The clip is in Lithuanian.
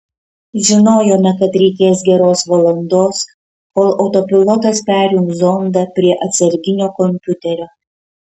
žinojome kad reikės geros valandos kol autopilotas perjungs zondą prie atsarginio kompiuterio